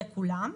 זה כולם.